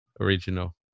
original